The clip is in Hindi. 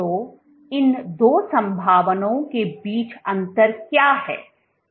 तो इन दो संभावनाओं के बीच अंतर क्या है